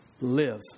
live